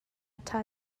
ṭha